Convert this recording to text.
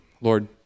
Lord